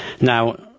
Now